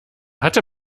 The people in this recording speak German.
hatte